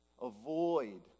Avoid